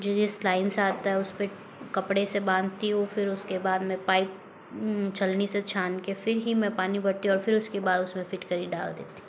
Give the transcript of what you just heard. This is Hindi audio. जो जिस लाइन से आता है उसपे कपड़े से बांधती हूँ फिर उसके बाद में पाइप छलनी से छान के फिर ही में पानी भरती हूँ और फिर उसके बाद उसमें फिटकरी डाल देती हूँ